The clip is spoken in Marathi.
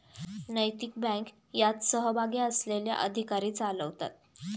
नैतिक बँक यात सहभागी असलेले अधिकारी चालवतात